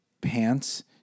pants